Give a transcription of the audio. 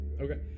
Okay